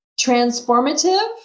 transformative